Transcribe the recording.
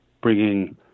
bringing